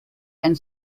and